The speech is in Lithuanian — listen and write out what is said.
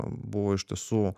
buvo iš tiesų